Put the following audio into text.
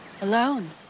alone